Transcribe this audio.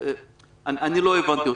לא הבנתי אותך.